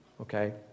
Okay